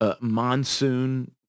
monsoon